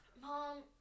Mom